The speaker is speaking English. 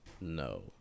No